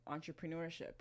entrepreneurship